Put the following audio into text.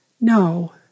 No